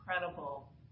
incredible